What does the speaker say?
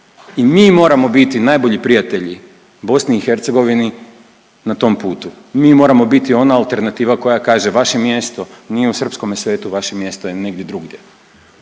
i mi moramo biti najbolji prijatelji BiH na tom putu, mi moramo biti ona alternativa koja kaže vaše mjesto nije u srpskome svetu, vaše mjesto je negdje drugdje